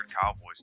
Cowboys